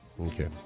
Okay